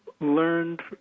learned